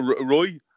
Roy